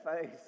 faith